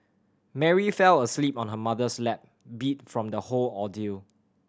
Mary fell asleep on her mother's lap beat from the whole ordeal